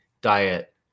diet